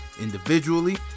Individually